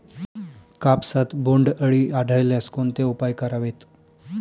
कापसात बोंडअळी आढळल्यास कोणते उपाय करावेत?